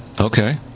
Okay